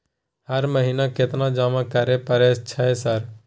हर महीना केतना जमा करे परय छै सर?